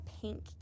pink